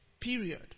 period